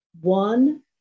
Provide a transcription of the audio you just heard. one